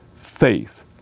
faith